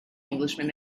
englishman